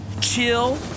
Chill